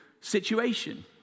situation